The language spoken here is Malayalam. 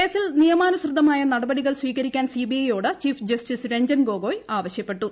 കേസിൽ നിയമാനുസൃതമായ നടപടികൾ സ്വീകരിക്കാൻ സിബിഐ യോട് ചീഫ് ജസ്റ്റിസ് രഞ്ജൻ ഗൊഗോയ് ആവശ്യപ്പെട്ടു